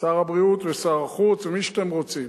שר הבריאות, ושר החוץ, ומי שאתם רוצים,